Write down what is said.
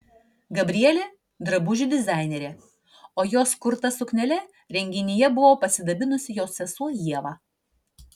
gabrielė drabužių dizainerė o jos kurta suknele renginyje buvo pasidabinusi jos sesuo ieva